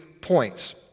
points